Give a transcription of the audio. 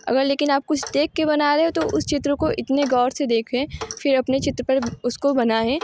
अगर लेकिन आप कुछ देख के बना रहे हो तो उस चित्र को इतने ग़ौर से देखें फिर अपने चित्र पर उसको बनाऍं